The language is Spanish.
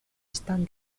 están